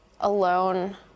alone